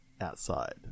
Outside